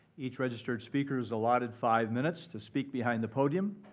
each registered speaker is allotted five minutes to speak behind the podium.